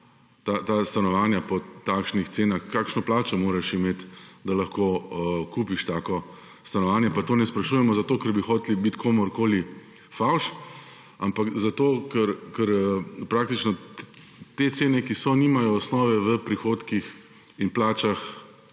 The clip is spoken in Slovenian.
ta stanovanja po takšnih cenah, kakšno plačo moraš imeti, da lahko kupiš takšno stanovanje? Pa tega ne sprašujemo zato, ker bi hoteli biti komurkoli favš, ampak zato ker te cene, ki so, nimajo osnove v prihodkih in plačah